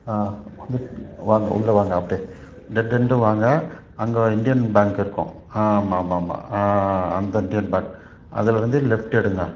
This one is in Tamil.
ஆ வந்துட்டு வாங்க உள்ளே வாங்க அப்படியே டெட் எண்டு வாங்க அங்கே இண்டியன் பேங்க் இருக்கும் ஆமாம் ஆமாம் ஆமாம் ஆ ஆ அந்த இண்டியன் பேங்க் அதில் இருந்து லெஃப்ட் எடுங்க